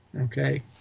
Okay